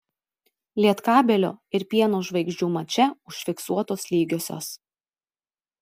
lietkabelio ir pieno žvaigždžių mače užfiksuotos lygiosios